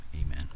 amen